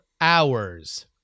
hours